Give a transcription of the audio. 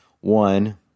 One